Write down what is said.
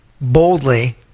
Boldly